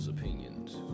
opinions